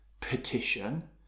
petition